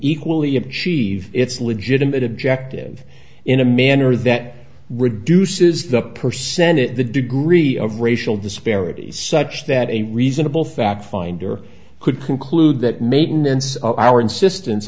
equally achieve its legitimate objective in a manner that reduces the percentage the degree of racial disparities such that a reasonable fact finder could conclude that maintenance of our insistence